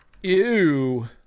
Ew